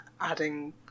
adding